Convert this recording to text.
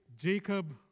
Jacob